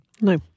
No